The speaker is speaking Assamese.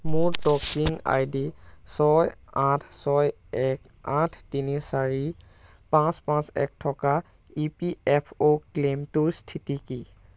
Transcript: মোৰ টকিং আই ডি ছয় আঠ ছয় এক আঠ তিনি চাৰি পাঁচ পাঁচ এক থকা ই পি এফ অ' ক্লেইমটোৰ স্থিতি কি